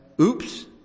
oops